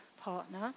partner